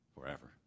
forever